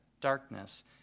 darkness